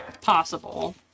possible